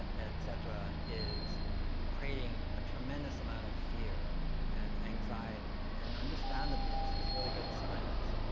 et cetera, is creating a tremendous amount of fear and anxiety. and understandably. this is really good science.